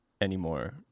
anymore